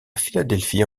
philadelphie